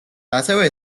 ასევე